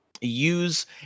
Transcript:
use